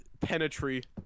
penetrate